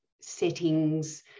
settings